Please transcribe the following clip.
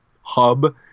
hub